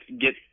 get